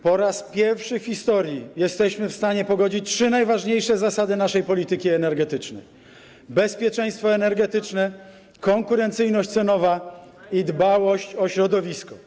Po raz pierwszy w historii jesteśmy w stanie pogodzić trzy najważniejsze zasady naszej polityki energetycznej: bezpieczeństwo energetyczne, konkurencyjność cenową i dbałość o środowisko.